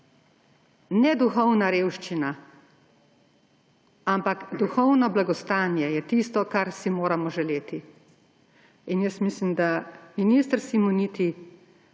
Ne duhovna revščina, ampak duhovno blagostanje je tisto, kar si moramo želeti. Mislim, da minister Simoniti